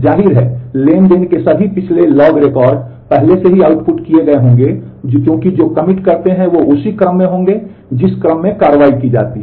जाहिर है ट्रांज़ैक्शन के सभी पिछले लॉग रिकॉर्ड पहले से ही आउटपुट किए गए होंगे क्योंकि जो कमिट करते हैं वे उसी क्रम में होंगे जिस क्रम में कार्रवाई की जाती है